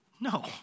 No